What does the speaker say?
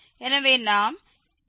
எனவே k0 என்று சொல்லலாம்